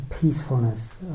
peacefulness